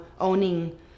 owning